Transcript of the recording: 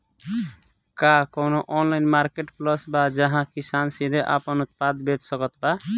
का कउनों online marketplace बा जहां किसान सीधे आपन उत्पाद बेच सकत बा?